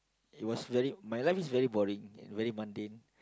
it was very my life is very boring very mundane